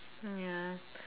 mm ya